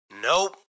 Nope